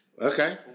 Okay